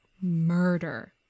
murder